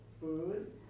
food